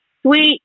sweet